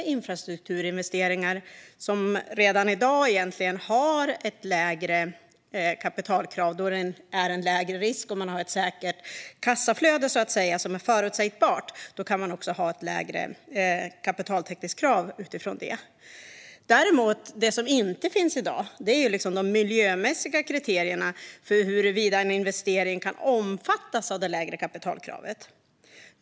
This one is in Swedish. Infrastrukturinvesteringar har redan i dag ett lägre kapitalkrav då risken är lägre och kassaflödet säkert och förutsägbart. Men det som inte finns i dag är de miljömässiga kriterierna för huruvida en investering kan omfattas av det lägre kapitalkravet.